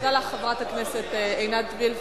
תודה לך, חברת הכנסת עינת וילף.